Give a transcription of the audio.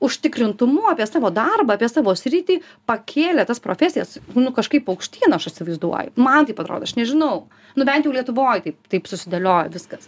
užtikrintumu apie savo darbą apie savo sritį pakėlė tas profesijas nu kažkaip aukštyn aš įsivaizduoju man taip atrodo aš nežinau nu bent jau lietuvoj taip taip susidėliojo viskas